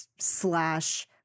slash